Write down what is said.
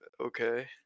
okay